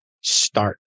start